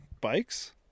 bikes